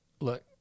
look